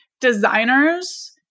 designers